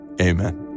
amen